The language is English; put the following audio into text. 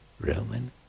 Roman